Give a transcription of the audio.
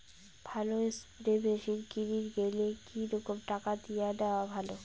ভালো spray machine কিনির গেলে কি রকম টাকা দিয়া নেওয়া ভালো?